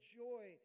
joy